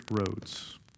roads